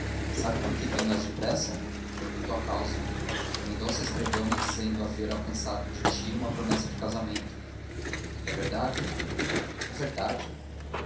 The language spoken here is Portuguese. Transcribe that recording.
por que vim mais depressa foi por tua causa o mendonça escreveu-me dizendo haver alcançado de ti uma promessa de casamento é verdade é verdade